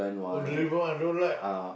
oh the river one I don't like